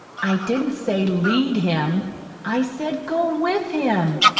i didn't say lead him i said go with him.